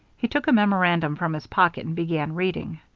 he took a memorandum from his pocket and began reading.